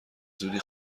زودی